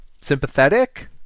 sympathetic